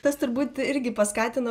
tas turbūt irgi paskatino